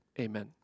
Amen